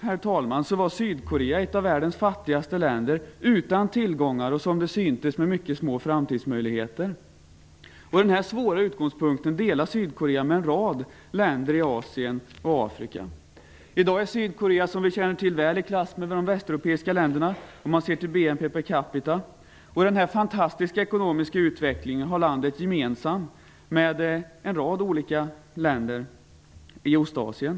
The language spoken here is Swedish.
När jag växte upp var Sydkorea ett av världens fattigaste länder utan tillgångar och som det syntes med mycket små framtidsmöjligheter. Den här svåra utgångspunkten delar Sydkorea med en rad länder i Asien och Afrika. I dag är Sydkorea som vi väl känner till i klass med de västeuropeiska länderna om man ser till BNP per capita. Denna fantastiska ekonomiska utveckling har landet gemensamt med en rad olika länder i Ostasien.